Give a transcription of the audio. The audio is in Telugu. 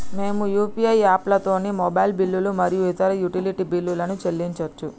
మేము యూ.పీ.ఐ యాప్లతోని మొబైల్ బిల్లులు మరియు ఇతర యుటిలిటీ బిల్లులను చెల్లించచ్చు